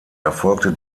erfolgte